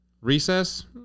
recess